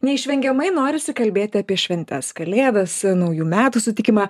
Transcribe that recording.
neišvengiamai norisi kalbėti apie šventes kalėdas naujų metų sutikimą